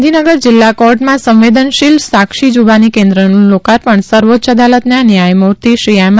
ગાંધીનગર જીલ્લા કોર્ટમાં સંવેદનશીલ સાક્ષી જુબાની કેન્દ્રનું લોકાર્પણ સર્વોચ્ચ અદાલતના ન્યાયમુર્તિ શ્રી એમ